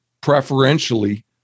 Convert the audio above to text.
preferentially